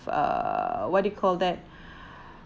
err what do you call that